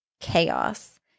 chaos